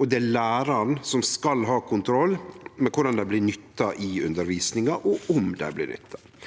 og det er læraren som skal ha kontroll med korleis dei blir nytta i undervisninga, og om dei blir nytta.